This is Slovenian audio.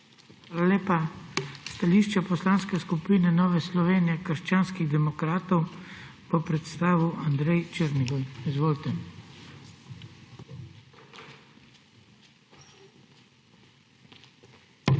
lepa. Stališče Poslanske skupine Nova Slovenija – krščanski demokrati bo predstavil Andrej Černigoj. Izvolite.